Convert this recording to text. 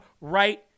right